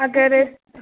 اگر أسۍ